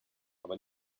aber